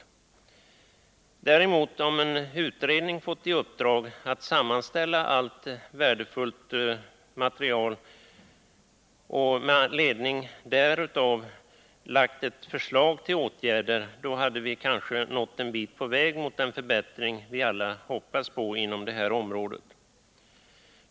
Om däremot en utredning fått i uppdrag att sammanställa allt värdefullt material och med ledning därav lagt fram ett förslag till åtgärder, hade vi kanske nått en bit på väg mot den förbättring vi alla hoppas på inom detta område.